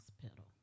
hospital